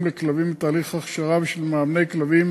לכלבים בתהליך הכשרה ושל מאמני כלבים